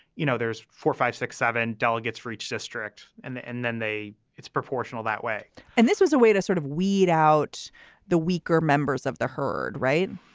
you know, there's four, five, six, seven delegates for each district. and and then they it's proportional that way and this was a way to sort of weed out the weaker members of the herd, right?